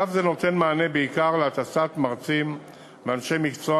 קו זה נותן מענה בעיקר להטסת מרצים ואנשי מקצוע